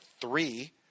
three